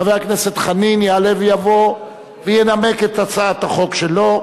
חבר הכנסת חנין יעלה ויבוא וינמק את הצעת החוק שלו.